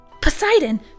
Poseidon